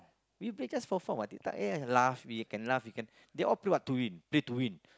we play just for fun [what] eh laugh we can laugh we can they all play what to win play to win